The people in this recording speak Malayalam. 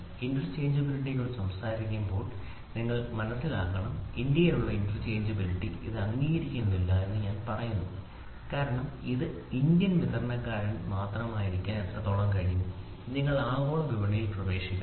ഇന്റർചേഞ്ചബിലിറ്റിക്കുറിച്ച് സംസാരിക്കാൻ നിങ്ങൾ ശ്രമിക്കുമ്പോൾ നിങ്ങൾ മനസിലാക്കണം ഇന്ത്യയ്ക്കുള്ളിലെ ഇന്റർചേഞ്ചബിലിറ്റി ഇത് അംഗീകരിക്കുന്നില്ലെന്ന് ഞാൻ പറയുന്നു കാരണം ഇത് ഒരു ഇന്ത്യൻ വിതരണക്കാരൻ മാത്രമായിരിക്കാൻ എത്രത്തോളം കഴിയും നിങ്ങൾ ആഗോള വിപണിയിൽ പ്രവേശിക്കണം